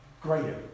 greater